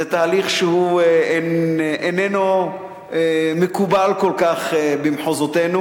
זה תהליך שהוא איננו מקובל כל כך במחוזותינו.